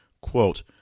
Quote